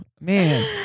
Man